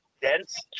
dense